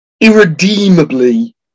irredeemably